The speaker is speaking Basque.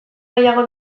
gehiago